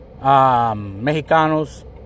Mexicanos